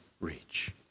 reach